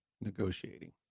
negotiating